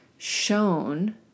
Shown